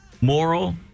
moral